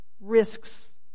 risks